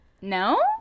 no